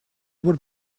would